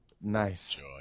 Nice